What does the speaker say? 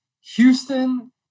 Houston